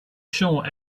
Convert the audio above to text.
sure